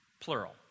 plural